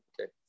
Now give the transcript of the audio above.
Okay